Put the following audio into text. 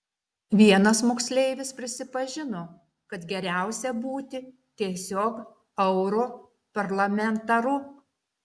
vienas moksleivis prisipažino kad geriausia būti tiesiog europarlamentaru